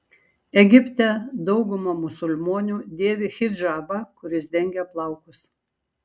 egipte dauguma musulmonių dėvi hidžabą kuris dengia plaukus